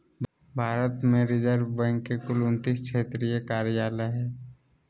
भारत में Reserve Bank के कुल उन्तीस क्षेत्रीय कार्यालय हइ